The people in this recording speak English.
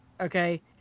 Okay